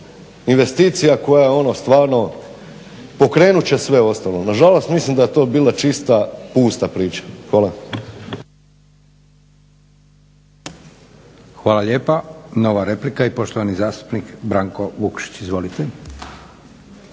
investicija koja ono stvarno pokrenut će sve ostalo. Na žalost mislim da je to bila čista pusta priča. Hvala. **Leko, Josip (SDP)** Hvala lijepa. Nova replika i poštovani zastupnik Branko Vukšić. Izvolite.